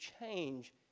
change